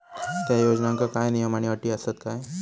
त्या योजनांका काय नियम आणि अटी आसत काय?